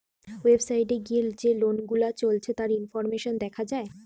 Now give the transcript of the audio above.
website এ গিয়ে যে লোন গুলা চলছে তার ইনফরমেশন দেখা যায়